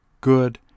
good